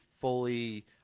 fully